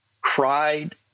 cried